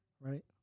right